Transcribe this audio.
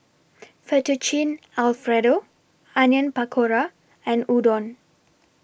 Fettuccine Alfredo Onion Pakora and Udon